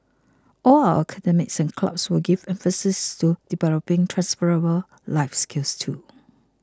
all our academies and clubs will give emphases to developing transferable life skills too